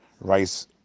rice